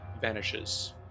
vanishes